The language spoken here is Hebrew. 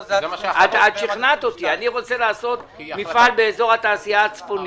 את שכנעת אותי אני רוצה לעשות מפעל באזור התעשייה הצפוני,